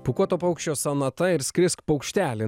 pūkuoto paukščio sonata ir skrisk paukšteli